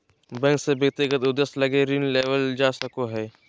bank से व्यक्तिगत उद्देश्य लगी ऋण लेवल जा सको हइ